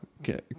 Okay